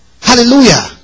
Hallelujah